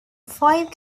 five